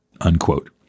unquote